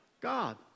God